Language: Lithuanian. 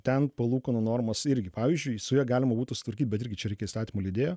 ten palūkanų normos irgi pavyzdžiui su ja galima būtų sutvarkyt bet irgi čia reikia įstatymų leidėjo